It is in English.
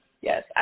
Yes